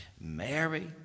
Mary